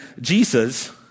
Jesus